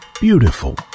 beautiful